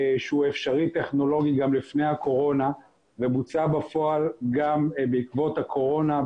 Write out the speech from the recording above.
שהוא אפשרי טכנולוגית גם לפני הקורונה ובוצע בפועל גם בעקבות הקורונה,